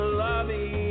lobby